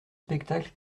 spectacles